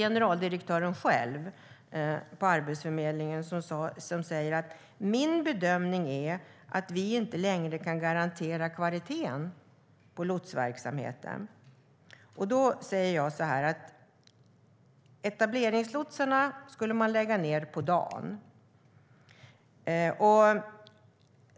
Generaldirektören för Arbetsförmedlingen säger själv: Min bedömning är att vi inte längre kan garantera kvaliteten på lotsverksamheten. Då säger jag: Etableringslotsarna skulle man lägga ned på dagen.